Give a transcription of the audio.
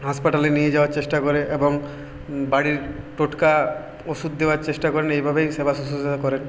হাসপাতালে নিয়ে যাওয়ার চেষ্টা করে এবং বাড়ির টোটকা ওষুধ দেওয়ার চেষ্টা করেন এভাবেই সেবা শুশ্রূষা করেন